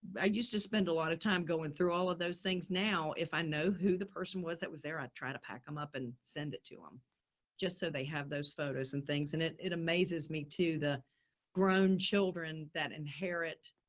used to spend a lot of time going through all of those things. now if i know who the person was that was there, i'd try to pack them up and send it to them um just so they have those photos and things in it. it amazes me too, the grown children that inherit,